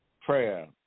prayer